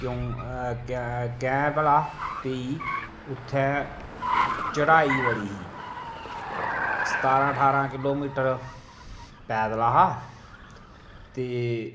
क्यों कैंह् भला कि उत्थें चढ़ाई बड़ी ही सतारां ठारां किलोमीटर पैद्दल हा ते